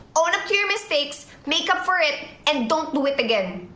own up to your mistakes, make up for it and don't do it again.